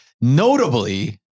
Notably